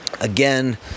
Again